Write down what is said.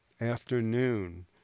afternoon